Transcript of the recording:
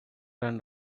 and